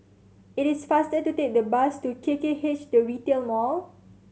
it is faster to take the bus to K K H The Retail Mall